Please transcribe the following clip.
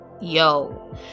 Yo